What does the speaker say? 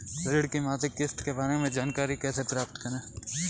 ऋण की मासिक किस्त के बारे में जानकारी कैसे प्राप्त करें?